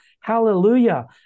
Hallelujah